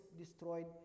destroyed